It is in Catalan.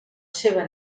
seva